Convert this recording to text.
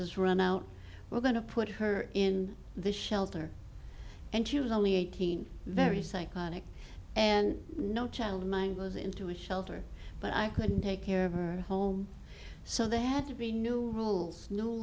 is run out we're going to put her in the shelter and she was only eighteen very psychotic and no child goes into a shelter but i couldn't take care of her home so they had to be new rules n